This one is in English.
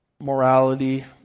morality